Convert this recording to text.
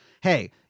Hey